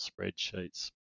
spreadsheets